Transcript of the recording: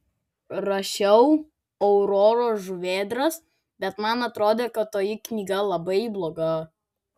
rašiau auroros žuvėdras bet man atrodė kad toji knyga labai bloga